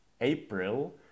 april